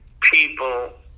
people